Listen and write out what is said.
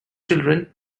children